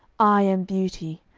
i am beauty,